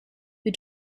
wir